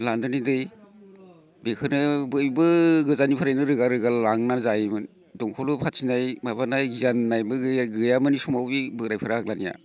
लान्दोनि दै बेखोनो बयबो गोजानिफ्रायनो रोगा रोगा लांनानै जायोमोन दंखलबो फाथिनाय माबानाय जाननायबो गैयामोन बे समाव बोराइफोर आग्लानिया